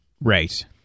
Right